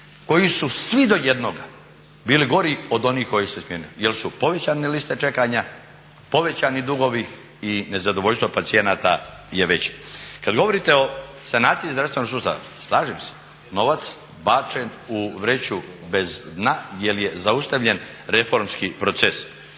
koji su svi do jednoga bili gori od onih koje je smijenio jer su povećane liste čekanja, povećani dugovi i nezadovoljstvo pacijenata je veće. Kad govorite o sanaciji zdravstvenog sustava, slažem se, novac bačen u vreću bez dna jer je zaustavljen reformski proces.